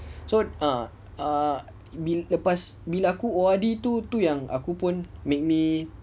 so err err bil~ lepas bila aku O_R_D tu tu yang aku pun make me